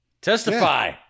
Testify